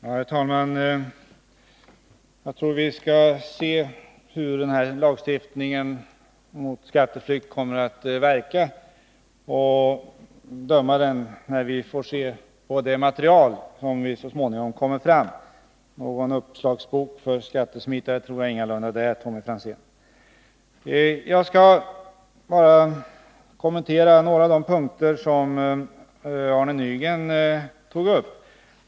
Herr talman! Jag tror vi skall avvakta hur lagstiftningen mot skatteflykt kommer att verka och döma den först när vi får se det material som så småningom kommer fram. Någon uppslagsbok för skattesmitare tror jag ingalunda att propositionen är, Tommy Franzén. Jag skall bara kommentera några av de punkter som Arne Nygren tog upp.